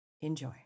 Enjoy